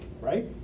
right